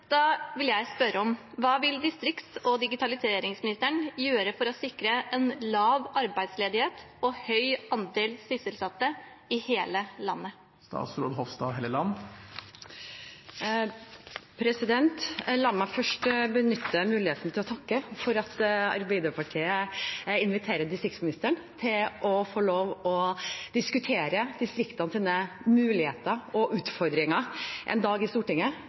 Hva vil statsråden gjøre for å sikre lav arbeidsledighet og høy andel sysselsatte i hele landet?» La meg først få benytte muligheten til å takke for at Arbeiderpartiet inviterer distriktsministeren til å diskutere distriktenes muligheter og utfordringer i Stortinget. Det er veldig bra. Jeg ble litt overrasket da spørsmålet fra representanten fra Arbeiderpartiet kom, for arbeidsledigheten i